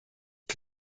ich